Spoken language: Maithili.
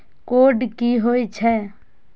कोड की होय छै?